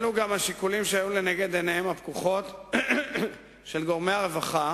אלו השיקולים שהיו לנגד עיניהם הפקוחות של גורמי הרווחה